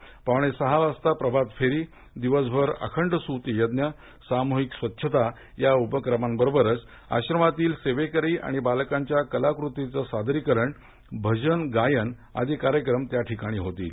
पहाटे पावणे सहा वाजता प्रभातफेरी दिवसभर अखंड सूतयज्ञ सामूहिक स्वच्छता या उपक्रमांबरोबरच आश्रमातील सेवेकरी आणि बालकांच्या कलाकृतीचं सादरीकरण भजन गायन आदी कार्यक्रम होतील